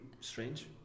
strange